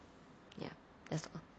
ya that's all